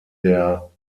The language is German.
der